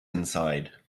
inside